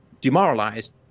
demoralized